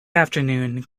afternoon